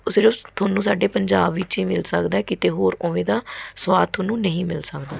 ਉਹ ਸਿਰਫ ਤੁਹਾਨੂੰ ਸਾਡੇ ਪੰਜਾਬ ਵਿੱਚ ਹੀ ਮਿਲ ਸਕਦਾ ਕਿਤੇ ਹੋਰ ਉਵੇਂ ਦਾ ਸਵਾਦ ਤੁਹਾਨੂੰ ਨਹੀਂ ਮਿਲ ਸਕਦਾ